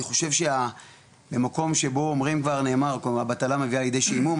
אני חושב שבמקום שבו אומרים כבר נאמר בטלה מביאה לידי שעמום,